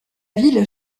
ville